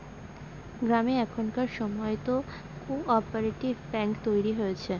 গ্রামে এখনকার সময়তো কো অপারেটিভ ব্যাঙ্ক তৈরী হয়েছে